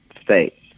state